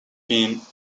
been